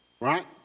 Right